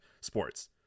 sports